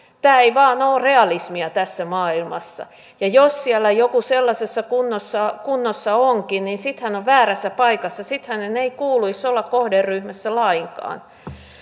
tämä ei vain ole realismia tässä maailmassa ja jos siellä joku sellaisessa kunnossa kunnossa onkin niin sitten hän on väärässä paikassa sitten hänen ei kuuluisi olla kohderyhmässä lainkaan